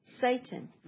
Satan